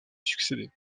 succéder